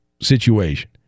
Situation